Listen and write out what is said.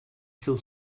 seu